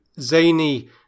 zany